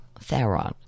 Theron